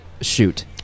shoot